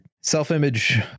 self-image